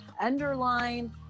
underlined